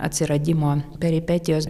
atsiradimo peripetijos